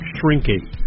shrinking